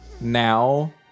Now